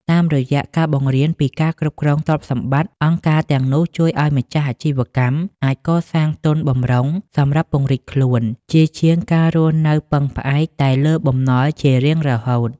តាមរយៈការបង្រៀនពីការគ្រប់គ្រងទ្រព្យសម្បត្តិ អង្គការទាំងនោះជួយឱ្យម្ចាស់អាជីវកម្មអាចកសាងទុនបម្រុងសម្រាប់ពង្រីកខ្លួន ជាជាងការរស់នៅពឹងផ្អែកតែលើបំណុលជារៀងរហូត។